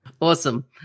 Awesome